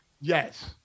Yes